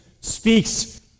speaks